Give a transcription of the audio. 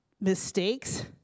mistakes